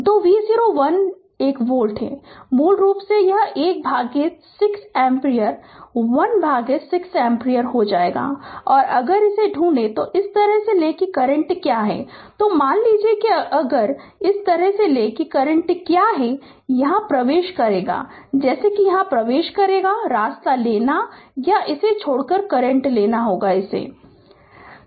तो V01 volt है मूल रूप से यह 1 भागित 6 एम्पीयर 1 भागित 6 एम्पीयर हो जाएगा और अगर अगर ढूंढें और इस तरह से लें कि करंट क्या है तो मान लीजिए कि अगर इस तरह से लें कि करंट क्या है यहां प्रवेश करना जैसे कि यहां प्रवेश करना रास्ता लेना या इसे छोड़कर करंट लेना होगा